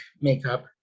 makeup